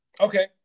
Okay